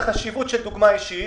ראש הממשלה,